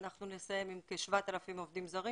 אנחנו נסיים עם כ-7,000 עובדים זרים,